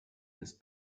ist